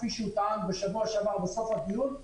כפי שהוא טען בשבוע שעבר בסוף הדיון,